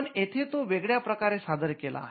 पण येथे तो वेगळ्या प्रकारे सादर केला आहे